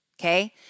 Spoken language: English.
okay